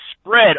spread